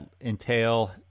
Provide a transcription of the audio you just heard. entail